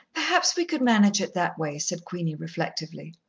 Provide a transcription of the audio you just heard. perhaps we could manage it that way, said queenie reflectively.